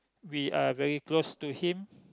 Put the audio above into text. we are very close to him